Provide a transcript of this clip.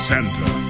Santa